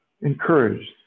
encouraged